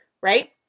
right